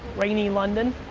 rainy london,